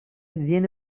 viene